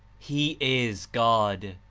he is god!